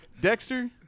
Dexter